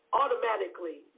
automatically